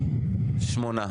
שמונה.